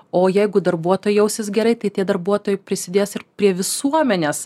o jeigu darbuotojai jausis gerai tai tie darbuotojai prisidės prie visuomenės